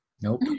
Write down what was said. Nope